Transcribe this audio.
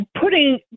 putting